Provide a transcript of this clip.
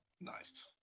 Nice